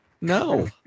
no